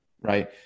right